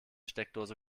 steckdose